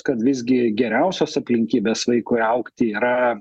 kad visgi geriausios aplinkybės vaikui augti yra